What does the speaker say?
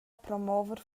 promover